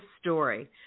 story